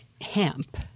hemp